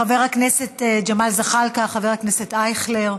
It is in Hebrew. חבר הכנסת ג'מאל זחאלקה, חבר הכנסת אייכלר,